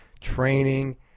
training